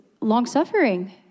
long-suffering